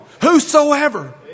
whosoever